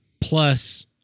Plus